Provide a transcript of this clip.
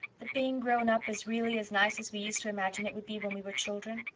that being grown-up is really as nice as we used to imagine it would be when we were children?